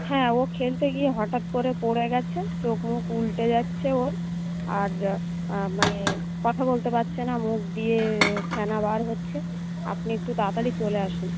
হ্যাঁ ও খেলতে গিয়ে হঠাৎ করে পড়ে গেছে চোখ মুখ উলটে যাচ্ছে ওর আর মানে কথা বলতে পারছে না মুখ দিয়ে ফেনা বার হচ্ছে আপনি একটু তাড়াতাড়ি চলে আসুন